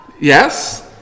Yes